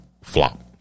Flop